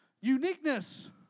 uniqueness